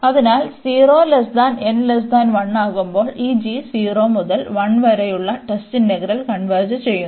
അതിനാൽ 0 n 1 ആകുമ്പോൾ ഈ g 0 മുതൽ 1 വരെയുള്ള ടെസ്റ്റ് ഇന്റഗ്രൽ കൺവെർജ് ചെയ്യുന്നു